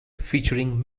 featuring